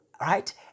right